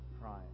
crying